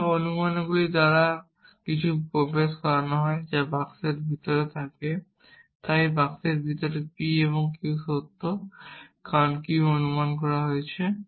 সুতরাং এই অনুমানগুলির দ্বারা যা কিছু প্রবেশ করানো হয় তা বাক্সের ভিতরে থাকে তাই এই বাক্সের ভিতরে p এবং q সত্য কারণ p অনুমান করা হয়েছে